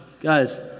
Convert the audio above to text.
Guys